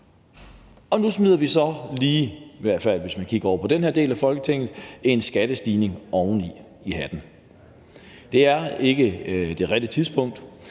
Nu smider vi så lige – i hvert fald hvis man kigger mod den ene del af Folketingssalen – en skattestigning oven i hatten. Det er ikke det rigtige tidspunkt